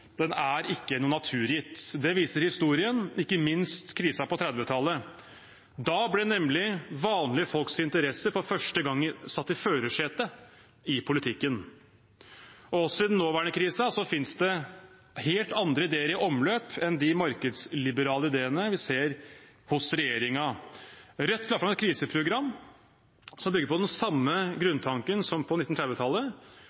er noe naturgitt. Det viser historien, ikke minst krisen på 1930-tallet. Da ble nemlig vanlige folks interesser for første gang satt i førersetet i politikken. Også i den nåværende krisen finnes det helt andre ideer i omløp enn de markedsliberale ideene vi ser hos regjeringen. Rødt la fram et kriseprogram som bygger på den samme